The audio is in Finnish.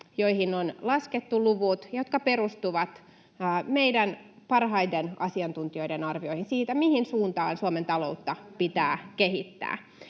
joihin on laskettu luvut, jotka perustuvat meidän parhaiden asiantuntijoiden arvioihin siitä, mihin suuntaan Suomen taloutta pitää kehittää.